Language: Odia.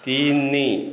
ତିନି